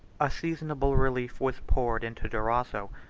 a seasonable relief was poured into durazzo,